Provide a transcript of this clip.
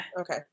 Okay